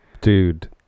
dude